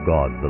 God